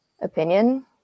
opinion